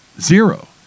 Zero